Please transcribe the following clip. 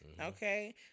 okay